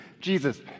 jesus